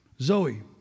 Zoe